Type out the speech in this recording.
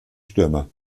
stürmer